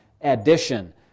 addition